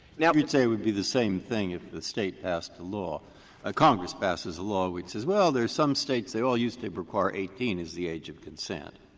yeah but would say it would be the same thing if the state passed a law ah congress passes a law which says, well, there's some states they all used to require eighteen as the age of consent.